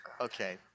okay